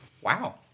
Wow